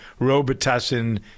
Robitussin